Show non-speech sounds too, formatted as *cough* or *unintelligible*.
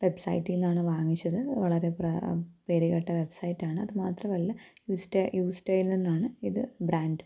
വെബ്സൈറ്റില്നിന്നാണ് വാങ്ങിച്ചത് വളരെ പ്ര പേരുകേട്ട വെബ്സൈറ്റാണ് അത് മാത്രമല്ല *unintelligible* യിൽ നിന്നാണ് ഇത് ബ്രാൻഡ്